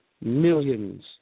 millions –